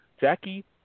Jackie